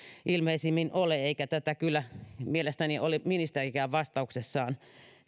ilmeisimmin ole eikä tätä kyllä mielestäni ole ministerikään vastauksessaan